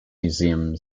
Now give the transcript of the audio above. museum